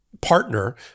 partner